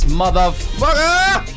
motherfucker